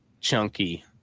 chunky